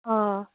অঁ